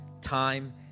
time